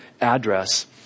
address